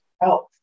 health